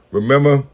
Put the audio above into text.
Remember